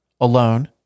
alone